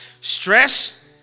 Stress